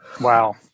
Wow